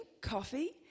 coffee